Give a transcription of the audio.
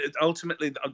Ultimately